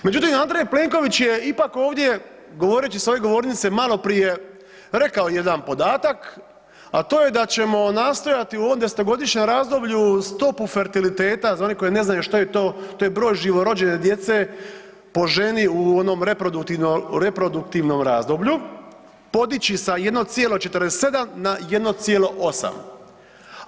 Međutim, Andrej Plenković je ipak ovdje govoreći s ove govornice maloprije rekao jedan podatak, a to je da ćemo nastojati u ovom desetogodišnjem razdoblju stopu fertiliteta, za one koji ne znaju što je to, to je broj živorođene djece po ženi u onom reproduktivnom razdoblju, podići s 1,47 na 1,8.